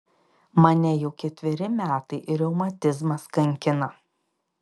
mane jau ketveri metai reumatizmas kankina